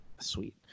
sweet